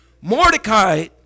Mordecai